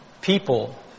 people